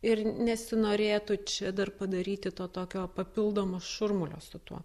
ir nesinorėtų čia dar padaryti to tokio papildomo šurmulio su tuo